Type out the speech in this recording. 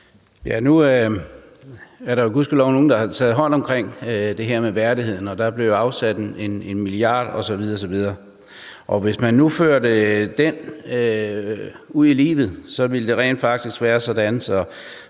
Nu er der jo gudskelov nogle, der har taget hånd om det her med værdighed, og der er blevet afsat 1 mia. kr. osv. osv. Hvis man nu førte den ud i livet, ville det rent faktisk være sådan,